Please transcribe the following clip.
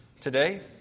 today